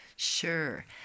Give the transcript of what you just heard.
Sure